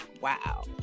wow